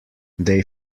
they